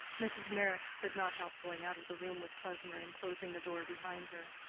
mrs. meyrick could not help going out of the room with klesmer and closing the door behind her.